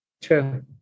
True